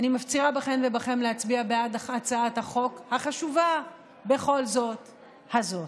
אני מפצירה בכם ובכן להצביע בעד הצעת החוק החשובה בכל זאת הזאת.